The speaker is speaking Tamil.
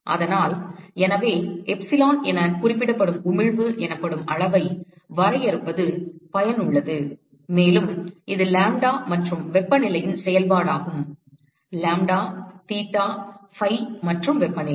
அதனால் எனவே எப்சிலான் என குறிப்பிடப்படும் உமிழ்வு எனப்படும் அளவை வரையறுப்பது பயனுள்ளது மேலும் இது லாம்ப்டா மற்றும் வெப்பநிலையின் செயல்பாடாகும் லாம்ப்டா தீட்டா ஃபை மற்றும் வெப்பநிலை